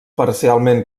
parcialment